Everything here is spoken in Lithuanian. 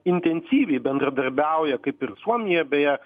intensyviai bendradarbiauja kaip ir suomija beje